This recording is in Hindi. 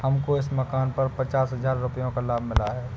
हमको इस मकान पर पचास हजार रुपयों का लाभ मिला है